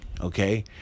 okay